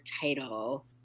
title